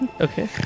Okay